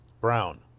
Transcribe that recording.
Brown